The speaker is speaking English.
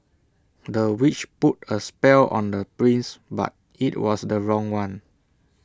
the witch put A spell on the prince but IT was the wrong one